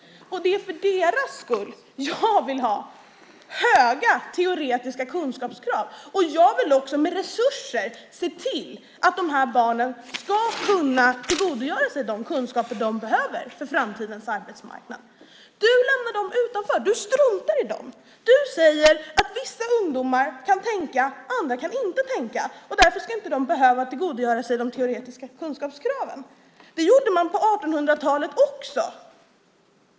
Det är för deras skull som jag vill ha höga teoretiska kunskapskrav. Med resurser vill jag också se till att de här barnen kan tillgodogöra sig de kunskaper som de behöver för framtidens arbetsmarknad. Du lämnar dem utanför. Du struntar i dem. Du säger att vissa ungdomar kan tänka och att andra inte kan tänka och därför inte ska behöva tillgodogöra sig de teoretiska kunskaperna. Så var det också på 1800-talet.